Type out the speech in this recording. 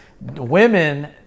women